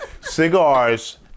Cigars